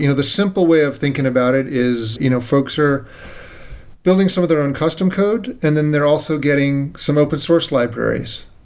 you know the simple way of thinking about it is you know folks are building some of their own custom code and then they're also getting some open source libraries.